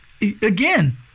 again